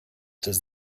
does